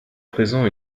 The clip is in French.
présent